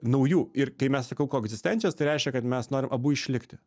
naujų ir kai mes sakau koegzistencijos tai reiškia kad mes norim abu išlikti